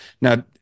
now